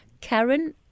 Karen